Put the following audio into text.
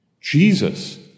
Jesus